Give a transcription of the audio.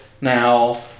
now